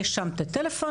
יש שם את הטלפון,